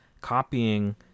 copying